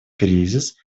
кризис